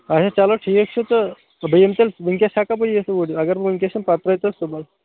اَچھا چلو ٹھیٖک چھُ تہٕ بہٕ یمہٕ تیٚلہ وُنکٮ۪س ہیٚکیٛا بہٕ یِتھۍ اوٗرۍ اگر بہٕ وُنکٮ۪س یِمہٕ پَتہٕ ترٛٲوِو تیٚلہِ صُبحَس